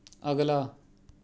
ਅਗਲਾ